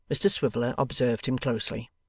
mr swiveller observed him closely.